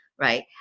right